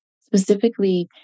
specifically